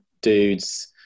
dudes